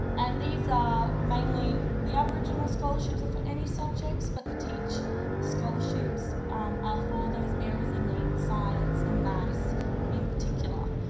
and these are mainly, the aboriginal scholarships are for any subjects but the teach scholarships are for those areas and needs science and maths in particular.